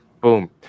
boom